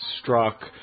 struck